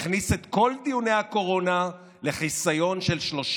הכניס את כל דיוני הקורונה לחיסיון של 30